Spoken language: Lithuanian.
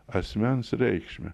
asmens reikšmę